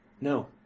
No